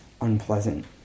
unpleasant